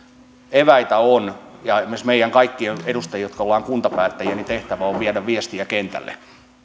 eväitä on ja ja esimerkiksi meidän kaikkien edustajien jotka olemme kuntapäättäjiä tehtävä on on viedä viestiä kentälle